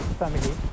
family